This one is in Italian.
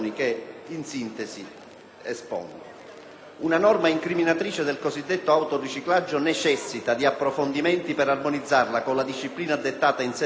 Una norma incriminatrice del cosiddetto autoriciclaggio necessita di approfondimenti per armonizzarla con la disciplina dettata in sede comunitaria.